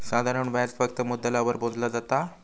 साधारण व्याज फक्त मुद्दलावर मोजला जाता